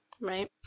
Right